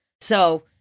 So-